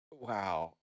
wow